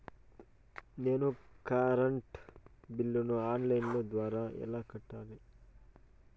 నేను నా కరెంటు బిల్లును ఆన్ లైను ద్వారా ఎలా కట్టాలి?